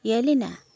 Elina